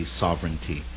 sovereignty